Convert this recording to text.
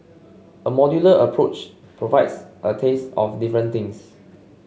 a modular approach provides a taste of different things